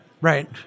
right